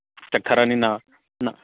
ꯆꯠꯈ꯭ꯔꯅꯤꯅ ꯅꯪ